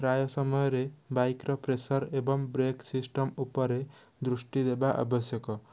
ପ୍ରାୟ ସମୟରେ ବାଇକର ପ୍ରେସର ଏବଂ ବ୍ରେକ ସିଷ୍ଟମ ଉପରେ ଦୃଷ୍ଟି ଦେବା ଆବଶ୍ୟକ